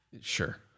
sure